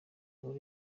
nkuru